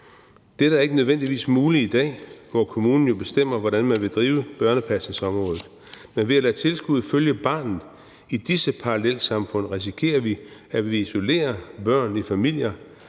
Dette er ikke nødvendigvis muligt i dag, hvor kommunen jo bestemmer, hvordan man vil drive børnepasningsområdet, men ved at lade tilskuddet følge barnet i disse parallelsamfund risikerer vi, at vi isolerer børn i familier,